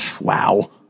Wow